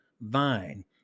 vine